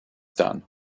done